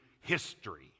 history